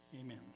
amen